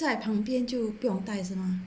在旁边就不用戴是吗